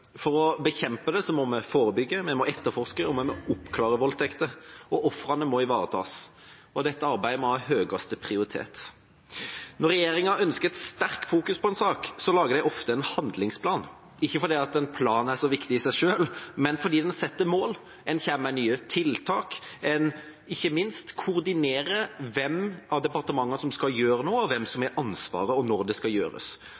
For å bekjempe det må vi forebygge, vi må etterforske, vi må oppklare voldtekter, og ofrene må ivaretas. Dette arbeidet må ha høyeste prioritet. Når en regjering ønsker å fokusere på en sak, lager den ofte en handlingsplan – ikke fordi en plan er så viktig i seg selv, men fordi den setter mål, man kommer med nye tiltak, og ikke minst koordinerer man hvilket av departementene som skal gjøre noe, hvem som har ansvaret, og når det skal gjøres.